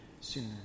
sooner